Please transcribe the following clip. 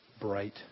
bright